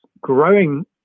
growing